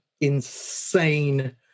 insane